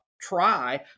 try